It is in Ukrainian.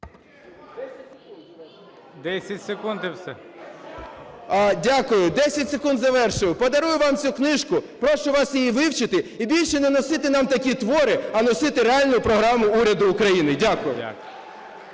Дякую. 10 секунд. Завершую. Подарую вам цю книжку, прошу вас її вивчити і більше не носити нам такі твори, а носити реальну Програму уряду України. Дякую.